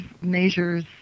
measures